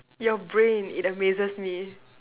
your brain it amazes me